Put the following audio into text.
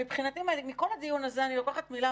מבחינתי מכל הדיון הזה אני לוקחת מילה